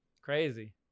crazy